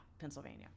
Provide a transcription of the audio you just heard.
Pennsylvania